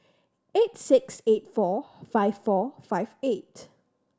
eight six eight four five four five eight